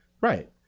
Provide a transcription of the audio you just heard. Right